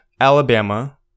Alabama